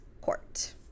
court